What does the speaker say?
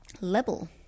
Level